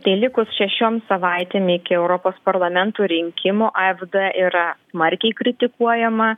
tai likus šešiom savaitėm iki europos parlamento rinkimų afd yra smarkiai kritikuojama